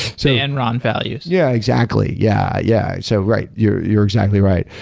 so and right. values yeah, exactly. yeah. yeah so right, you're you're exactly right.